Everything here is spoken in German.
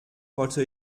wollte